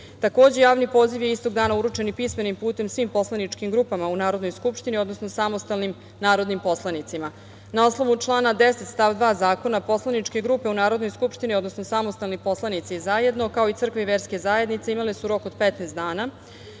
Takođe, javni poziv je istog dana uručen i pismenim putem svim poslaničkim grupama u Narodnoj skupštini, odnosno samostalnim narodnim poslanicima. Na osnovu člana 10. stav 2. zakona, poslaničke grupe u Narodnoj skupštini, odnosno samostalni poslanici zajedno, kao i crkve i verske zajednice imale su rok od 15. dana,